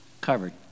covered